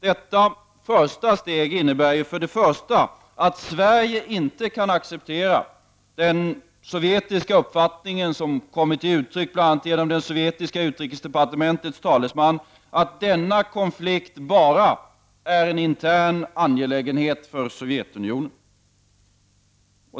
Detta första steg innebär för det första att Sverige inte kan acceptera den sovjetiska uppfattning som kommit till uttryck bl.a. genom det sovjetiska utrikesdepartementets talesman, att denna konflikt bara är en intern angelägenhet för Sovjetunionen.